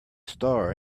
star